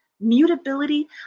Mutability